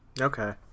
Okay